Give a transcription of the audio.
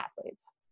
athletes